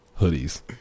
Hoodies